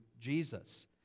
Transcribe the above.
Jesus